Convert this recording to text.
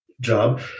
job